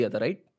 right